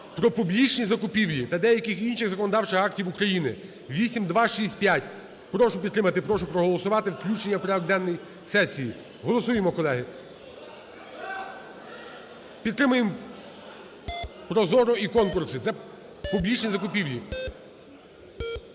"Про публічні закупівлі" та деяких інших законодавчих актів України (8265). Прошу підтримати. Прошу проголосувати включення в порядок денний сесії. Голосуємо, колеги. Підтримаємо ProZorro і конкурси – це публічні закупівлі.